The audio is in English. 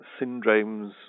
syndromes